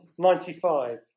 95